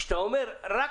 כשאתה אומר רק